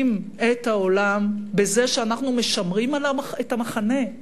את העולם בזה שאנחנו משמרים את המחנה.